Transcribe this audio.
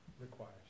requires